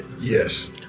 Yes